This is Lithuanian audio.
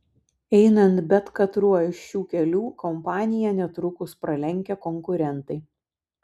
einant bet katruo iš šių kelių kompaniją netrukus pralenkia konkurentai